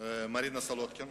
מרינה סולודקין.